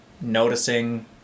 noticing